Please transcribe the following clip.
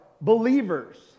believers